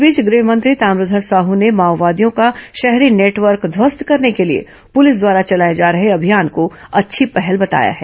इस बीच गृह मंत्री ताम्रध्वज साह ने माओवादियों का शहरी नेटवर्क ध्वस्त करने के लिए पुलिस द्वारा चलाए जा रहे अभियान को अच्छी पहल बताया है